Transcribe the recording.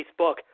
Facebook